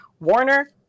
Warner